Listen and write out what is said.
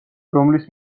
რომლის